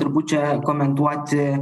turbūt čia komentuoti